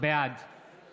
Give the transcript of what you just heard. בעד